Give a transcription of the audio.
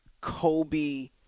Kobe